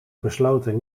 besloten